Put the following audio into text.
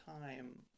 time